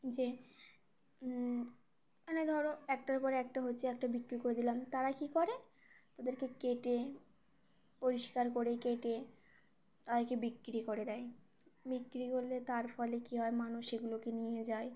যে মানে ধর একটার পরে একটা হচ্ছে একটা বিক্রি করে দিলাম তারা কী করে তাদেরকে কেটে পরিষ্কার করে কেটে তাদেরকে বিক্রি করে দেয় বিক্রি করলে তার ফলে কী হয় মানুষ এগুলোকে নিয়ে যায়